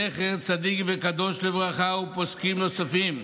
זכר צדיק וקדוש לברכה, ופוסקים נוספים,